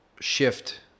shift